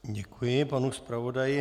Děkuji panu zpravodaji.